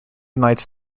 knights